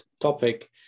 topic